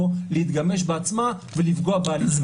להתגמש בעצמה ולפגוע בהליך של עצמה.